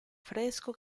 fresco